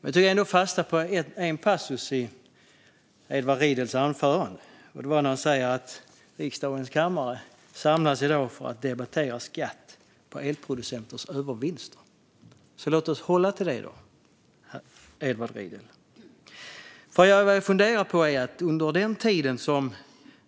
Jag tog ändå fasta på en passus i Edward Riedls anförande. Han sa att riksdagens kammare samlas i dag för att debattera skatt på elproducenters övervinster. Låt oss då hålla oss till det, Edward Riedl. Under den tid som